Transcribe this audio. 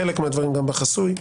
חלק מהדברים גם בחסוי,